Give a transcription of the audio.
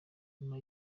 nyuma